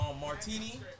martini